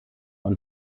und